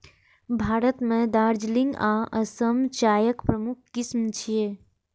भारत मे दार्जिलिंग आ असम चायक प्रमुख किस्म छियै